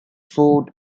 food